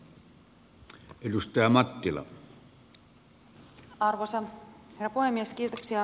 arvoisa herra puhemies